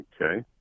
Okay